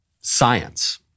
science